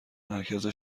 مرکز